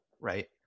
right